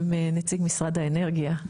נציג משרד האנרגיה,